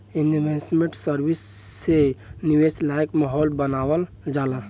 investment service से निवेश लायक माहौल बानावल जाला